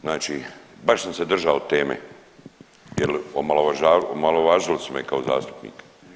Znači baš sam se držao teme jer omalovažili su me kao zastupnika.